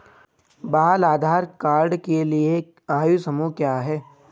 बाल आधार कार्ड के लिए आयु समूह क्या है?